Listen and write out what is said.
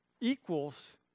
equals